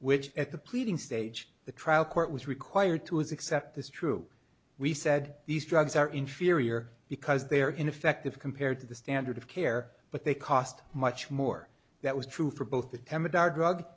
which at the pleading stage the trial court was required to was accept this true we said these drugs are inferior because they are ineffective compared to the standard of care but they cost much more that was true for both